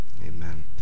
Amen